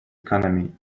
economy